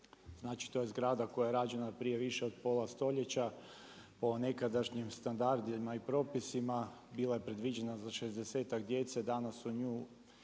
Znači, to je zgrada koja je rađena prije više od pola stoljeća o nekadašnjim standardima i propisima bila je predviđena za 60-tak djece. Danas nju